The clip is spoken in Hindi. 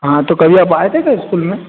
हाँ तो कभी आप आए थे क्या स्कूल में